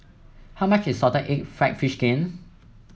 how much is Salted Egg fried fish skin